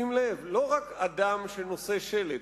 תשים לב: לא רק אדם שנושא שלט,